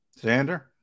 Xander